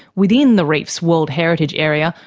within the reef's world heritage area,